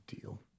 deal